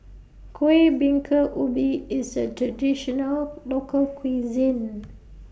Kueh Bingka Ubi IS A Traditional Local Cuisine